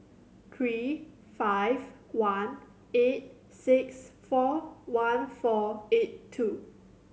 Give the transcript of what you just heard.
three five one eight six four one four eight two